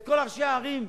את כל ראשי הערים: